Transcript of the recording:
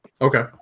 Okay